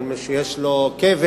כל מי שיש לו כבש,